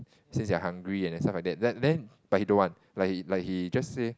since you're hungry and then stuff like that but then but he don't want like he like he just say